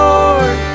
Lord